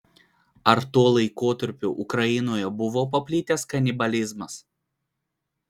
ar tuo laikotarpiu ukrainoje buvo paplitęs kanibalizmas